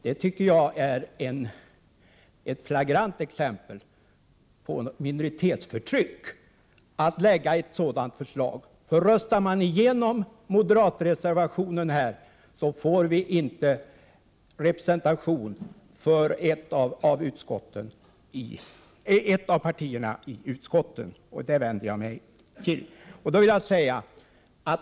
Jag tycker att det är ett flagrant exempel på minoritetsförtryck att lägga fram ett sådant förslag. Röstas moderatreservationen igenom får vi inte representation för ett av partierna i utskotten. Detta vänder jag mig mot.